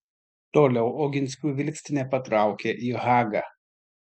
toliau oginskių vilkstinė patraukė į hagą